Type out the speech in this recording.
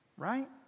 Right